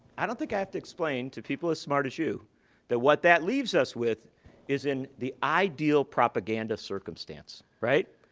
i don't think i have to explain to people as smart as you that what that leaves us with is in the ideal propaganda circumstance, right?